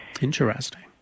Interesting